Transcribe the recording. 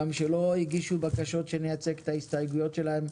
גם כשלא הגישו בקשות שנייצג את ההסתייגויות שלהם,